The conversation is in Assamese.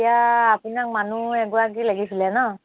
এতিয়া আপোনাক মানুহ এগৰাকী লাগিছিলে ন